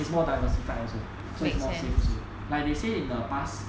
is more diversified also so it's more safe also like they say in the past